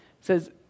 says